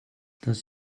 das